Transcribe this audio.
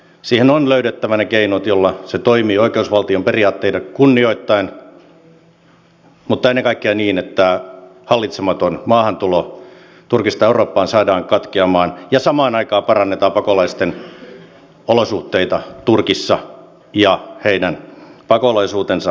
siihen on löydettävä ne keinot joilla se toimii oikeusvaltion periaatteita kunnioittaen mutta ennen kaikkea niin että hallitsematon maahantulo turkista eurooppaan saadaan katkeamaan ja samaan aikaan parannetaan pakolaisten olosuhteita turkissa ja heidän pakolaisuutensa lähtömaissa